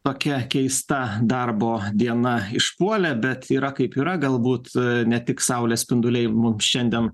tokia keista darbo diena išpuolė bet yra kaip yra galbūt ne tik saulės spinduliai mums šiandien